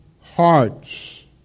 hearts